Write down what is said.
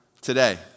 today